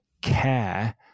care